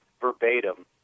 verbatim